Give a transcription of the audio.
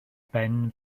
ben